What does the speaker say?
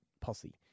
posse